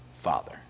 Father